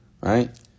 right